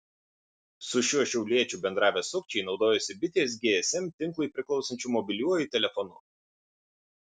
su šiuo šiauliečiu bendravę sukčiai naudojosi bitės gsm tinklui priklausančiu mobiliuoju telefonu